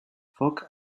foc